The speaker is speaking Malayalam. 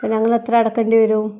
അപ്പം ഞങ്ങളെത്ര അടക്കേണ്ടി വരും